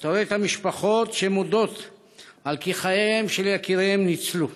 אתה רואה את המשפחות שמודות על כי חייהם של יקיריהן ניצלו.